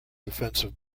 defensive